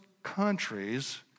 countries